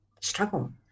struggle